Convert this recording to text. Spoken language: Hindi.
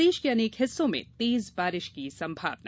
प्रदेश के अनेक हिस्सो में तेज बारिश की संभावना